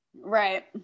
Right